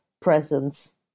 presence